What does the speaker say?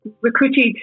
recruited